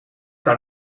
kan